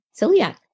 celiac